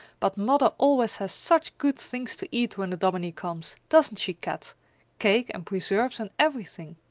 but mother always has such good things to eat when the dominie comes doesn't she, kat cake and preserves and everything!